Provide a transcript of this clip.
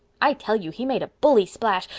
i tell you he made a bully splash.